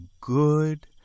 good